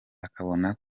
akabona